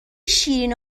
شیرین